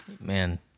Man